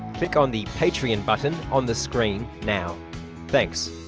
click on the patreon button on the screen now thanks